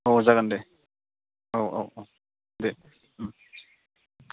औ जागोन दे औ औ औ दे